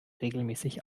regelmäßig